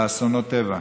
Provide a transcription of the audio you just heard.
באסונות טבע.